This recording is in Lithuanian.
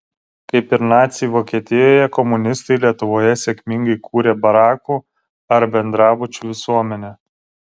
kaip ir naciai vokietijoje komunistai lietuvoje sėkmingai kūrė barakų ar bendrabučių visuomenę